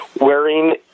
Wearing